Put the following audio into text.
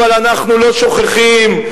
אבל אנחנו לא שוכחים,